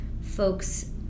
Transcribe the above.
folks